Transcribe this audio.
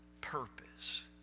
purpose